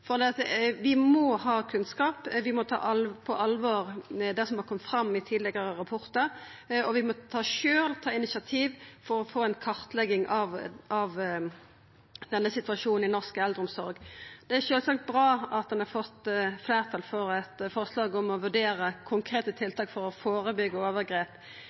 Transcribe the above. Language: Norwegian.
må ha kunnskap, vi må ta på alvor det som har kome fram i tidlegare rapportar, og vi må sjølve ta initiativ for å få ei kartlegging av denne situasjonen i norsk eldreomsorg. Det er sjølvsagt bra at ein har fått fleirtal for eit forslag om å «vurdere konkrete tiltak» for å førebyggja overgrep